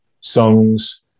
songs